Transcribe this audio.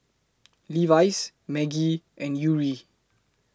Levi's Maggi and Yuri